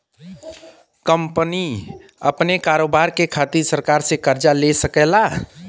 company अपने कारोबार के खातिर सरकार से कर्ज ले सकेला